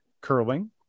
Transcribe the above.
curling